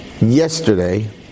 Yesterday